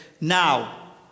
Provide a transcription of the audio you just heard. now